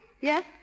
Yes